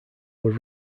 were